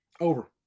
Over